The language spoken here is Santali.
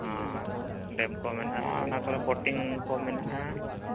ᱦᱮᱸ ᱰᱮᱢᱠᱚ ᱢᱮᱱᱟᱜᱼᱟ ᱚᱱᱟᱠᱚᱨᱮ ᱵᱳᱴᱤᱝᱠᱚ ᱢᱮᱱᱟᱜᱼᱟ